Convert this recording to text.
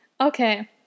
Okay